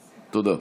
תודה.